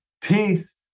peace